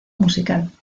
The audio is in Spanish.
musical